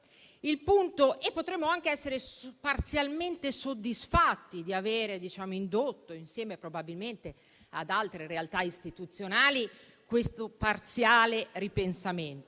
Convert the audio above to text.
potremmo anche essere parzialmente soddisfatti di aver indotto, insieme probabilmente ad altre realtà istituzionali, questo parziale ripensamento,